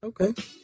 okay